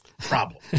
problem